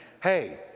hey